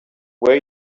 where